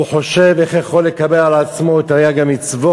הוא חושב איך הוא יכול לקבל על עצמו את תרי"ג המצוות.